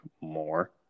more